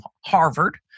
Harvard